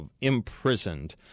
imprisoned